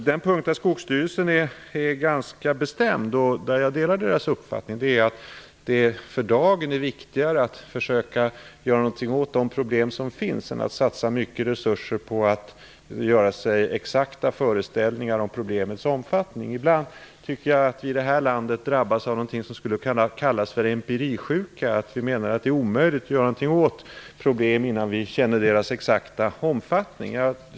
Den punkt där Skogsstyrelsen är ganska bestämd, och jag delar dess uppfattning, är att det för dagen är viktigare att försöka göra någonting åt de problem som finns än att satsa mycket resurser på att göra sig exakta föreställningar av problemets omfattning. Ibland tycker jag att vi i det här landet drabbas av någonting som skulle kunna kallas empirisjuka: Vi menar att det är omöjligt att göra någonting åt problem innan vi känner deras exakta omfattning.